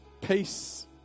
peace